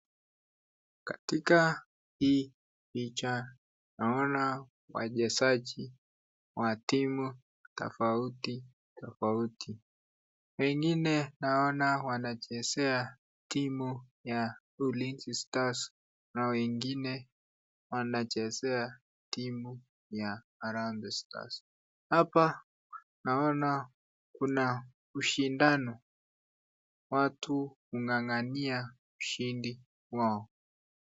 Katika hii picha, naona wachezaji wa timu tofauti tofauti. Wengine naona wanachezea timu ya Ulizi Stars na wengine wanachezea timu ya Harambee Stars. Hapa naona kuna ushindano, watu hung'ang'ania ushindi wao.